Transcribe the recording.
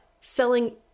selling